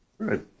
Right